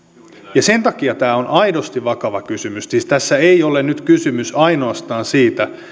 ja sen takia tämä on aidosti vakava kysymys siis tässä ei ole nyt kysymys ainoastaan siitä